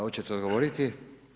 Hoćete odgovoriti?